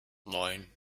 neun